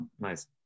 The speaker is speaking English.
Nice